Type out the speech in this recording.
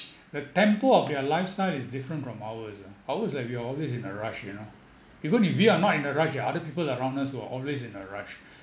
the tempo of their lifestyle is different from ours ah ours like we are always in a rush you know even if we are not in a rush other people around us who are always in a rush